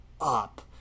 up